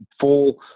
full